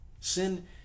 Sin